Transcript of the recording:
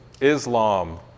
islam